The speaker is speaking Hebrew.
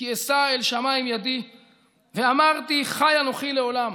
"כי אשא אל שמים ידי ואמרתי חי אנֹכי לעֹלם,